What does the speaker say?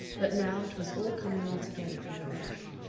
but now it was all coming on together in a rush.